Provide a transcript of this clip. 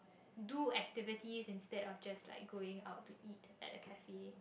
do activities instead of just like going out to eat at the cafe